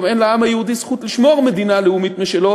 אין לעם היהודי זכות לשמור מדינה לאומית משלו,